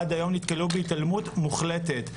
עד היום נתקלו בהתעלמות מוחלטת.